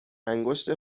انگشت